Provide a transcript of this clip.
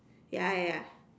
ya ya ya